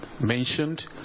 mentioned